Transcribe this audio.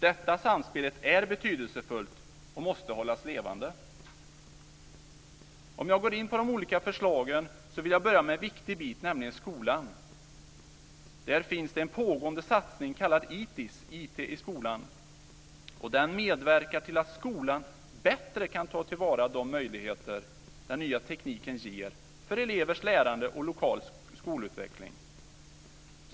Detta samspel är betydelsefullt och måste hållas levande. När jag går in på de olika förslagen vill jag börja med en viktig del, nämligen skolan. Där finns en pågående satsning kallad ITIS, IT i skolan. Den medverkar till att skolan bättre kan ta till vara de möjligheter den nya tekniken ger för elevers lärande och lokal skolutveckling.